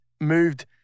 moved